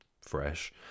Fresh